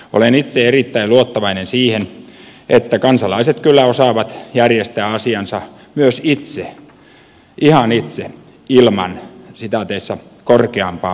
olen itse erittäin luottavainen siihen että kansalaiset kyllä osaavat järjestää asiansa myös itse ihan itse ilman korkeampaa ohjausta